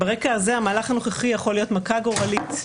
ברקע הזה המהלך הנוכחי יכול להיות מכה גורלית,